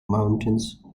mountains